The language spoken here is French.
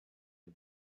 est